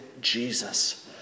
Jesus